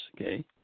Okay